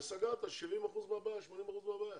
וסגרת 70% מהבעיה, 80% מהבעיה,